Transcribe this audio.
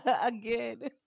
again